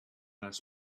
les